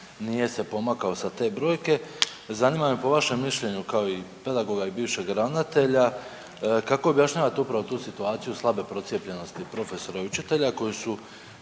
nije se pomakao sa te brojke. Zanima me po vašem mišljenju kao i pedagoga i bivšeg ravnatelja kako objašnjavate upravo tu situaciju slabe procijepljenosti profesora i učitelja koji su